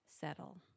settle